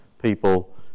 People